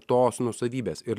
tos nuosavybės ir